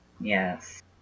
yes